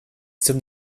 zum